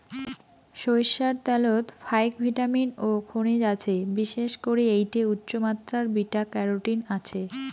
সইরষার ত্যালত ফাইক ভিটামিন ও খনিজ আছে, বিশেষ করি এ্যাইটে উচ্চমাত্রার বিটা ক্যারোটিন আছে